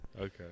Okay